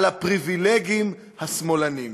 על הפריבילגים השמאלנים.